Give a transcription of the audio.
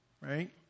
right